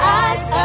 eyes